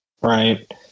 right